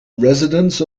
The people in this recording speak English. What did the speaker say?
residents